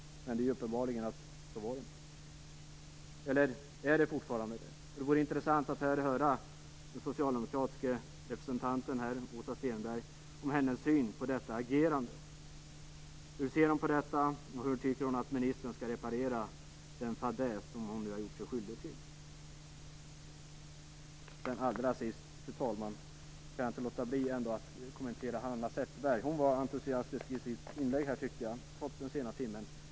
Men det är uppenbart att så var det inte. Eller är det fortfarande så? Det vore intressant att här få höra vad den socialdemokratiska representanten Åsa Stenberg har för uppfattning om detta agerande. Hur ser Åsa Allra sist, fru talman, måste jag säga att jag inte kan låta bli att kommentera Hanna Zetterbergs inlägg här. Jag tycker att hon var entusiastisk trots den sena timmen.